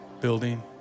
building